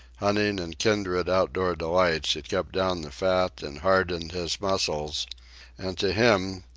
hunting and kindred outdoor delights had kept down the fat and hardened his muscles and to him,